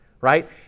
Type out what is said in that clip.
right